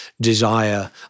desire